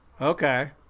Okay